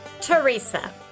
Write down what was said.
Teresa